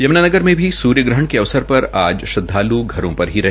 यम्नानगर में भी सूर्यग्रहण के अवसर पर आज श्रदवाल् घरों पर ही रहे